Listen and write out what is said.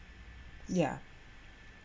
yeah